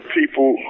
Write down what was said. people